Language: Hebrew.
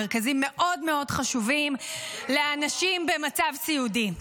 מרכזים מאוד מאוד חשובים לאנשים במצב סיעודי,